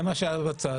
זאת ההמלצה.